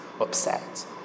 upset